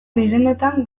direnetan